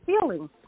feeling